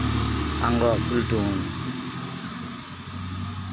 ᱟᱝᱜᱽᱨᱚᱵ ᱯᱮᱱᱴᱩᱞ